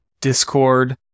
Discord